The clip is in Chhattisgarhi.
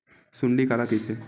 सुंडी काला कइथे?